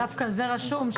דווקא זה רשום,